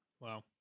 Wow